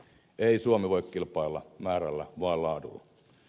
ei suomi voi kilpailla määrällä vaan laadulla